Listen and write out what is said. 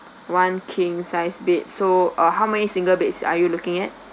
one king size bed so uh how many single beds are you looking at